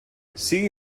sigui